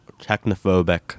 Technophobic